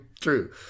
True